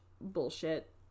bullshit